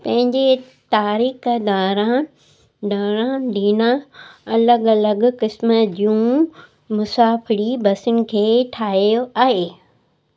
पंहिंजे तारीख़ दौरान दणा दीना अलॻि अलॻि क़िस्म जूं मुसाफ़िरी बसियुनि खे ठाहियो आहे